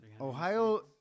Ohio